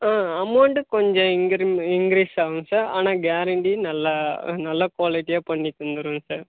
ஆ amount கொஞ்சம் increase increase ஆவும் sir ஆனால் கேரண்டி நல்லா நல்ல குவாலிட்டியாக பண்ணி தந்துருவேன் சார்